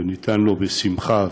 וניתן לו בשמחה,